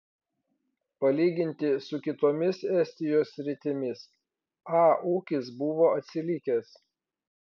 palyginti su kitomis estijos sritimis a ūkis buvo atsilikęs